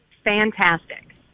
fantastic